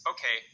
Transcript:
Okay